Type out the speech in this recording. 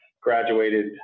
graduated